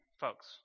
folks